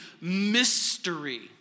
mystery